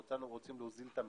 כולנו רוצים להוזיל את המחיר,